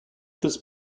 this